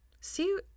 See